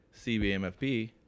cbmfp